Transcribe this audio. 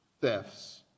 thefts